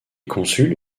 consuls